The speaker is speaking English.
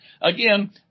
again